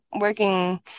working